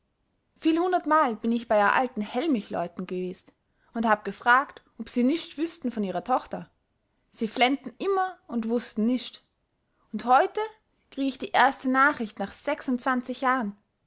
viel hundertmal bin ich bei a alten hellmichleuten gewest und hab gefragt ob se nischt wüßten von ihrer tochter sie flennten immer und wußten nischt und heute krieg ich die erste nachricht nach sechsundzwanzig jahren